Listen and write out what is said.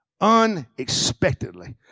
Unexpectedly